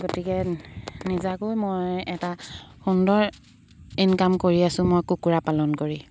গতিকে নিজাকৈ মই এটা সুন্দৰ ইনকাম কৰি আছোঁ মই কুকুৰা পালন কৰি